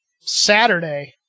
Saturday